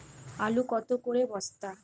আলু কত করে বস্তা?